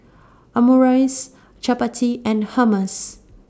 Omurice Chapati and Hummus